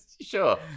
Sure